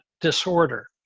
disorder